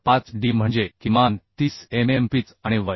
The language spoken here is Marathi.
5 d म्हणजे किमान 30 mm पिच आणि age